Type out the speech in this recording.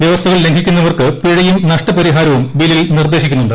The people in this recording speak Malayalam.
വൃവസ്ഥകൾ ലംഘിക്കുന്നവർക്ക് പിഴയും നഷ്ടപരിഹാരവും ബില്ലിൽ നിർദ്ദേശിക്കുന്നുണ്ട്